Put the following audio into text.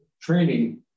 training